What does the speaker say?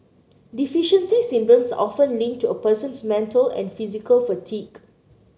deficiency syndromes are often linked to a person's mental and physical fatigue